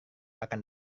akan